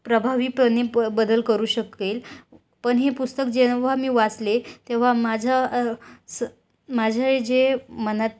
प्रभावीपणे प बदल करू शकेल पण हे पुस्तक जेव्हा मी वाचले तेव्हा माझ्या स माझ्या जे मनात